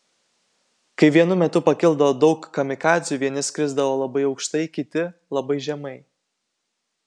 kai vienu metu pakildavo daug kamikadzių vieni skrisdavo labai aukštai kiti labai žemai